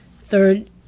third